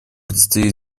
предстоит